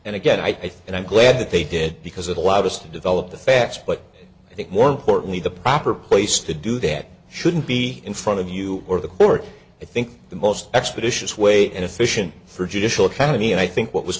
and again i think and i'm glad that they did because it allowed us to develop the facts but i think more importantly the proper place to do that shouldn't be in front of you or the court i think the most expeditious way and efficient for judicial economy i think what was